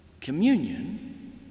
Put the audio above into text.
communion